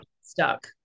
stuck